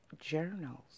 journals